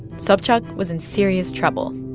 sobchak was in serious trouble.